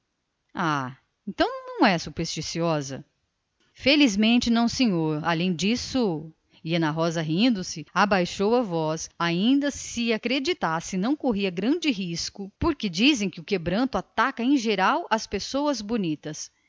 ah então não é supersticiosa não felizmente além disso e abaixou a voz rindo-se mais ainda que acreditasse não corria risco dizem que o quebranto só ataca em geral as pessoas bonitas